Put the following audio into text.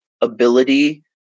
ability